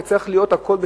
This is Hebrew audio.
והכול צריך להיות בשקיפות.